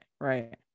right